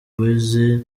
boys